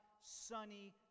sunny